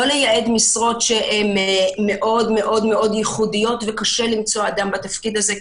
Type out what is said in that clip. לא לייעד משרות שהן מאוד מאוד ייחודיות וקשה למצוא אדם בתפקיד הזה,